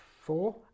Four